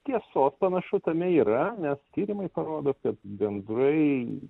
tiesos panašu tame yra nes tyrimai parodo kad gandrai